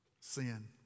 Sin